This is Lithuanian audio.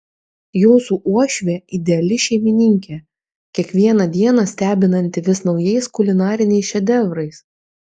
jūsų uošvė ideali šeimininkė kiekvieną dieną stebinanti vis naujais kulinariniais šedevrais